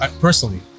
personally